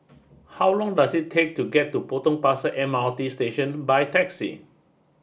how long does it take to get to Potong Pasir M R T Station by taxi